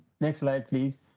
next slide, please.